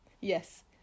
Yes